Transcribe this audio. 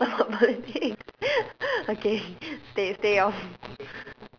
ya cannot talk about politic okay stay stay off